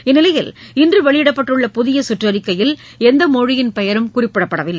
இந்நிலையில் இன்று வெளியிடப்பட்டுள்ள புதிய குற்றறிக்கையில் எந்த மொழியின் பெயரும் குறிப்பிடப்படவில்லை